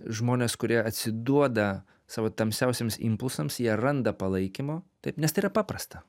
žmonės kurie atsiduoda savo tamsiausiems impulsams jie randa palaikymo taip nes tai yra paprasta